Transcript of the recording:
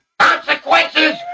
consequences